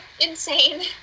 insane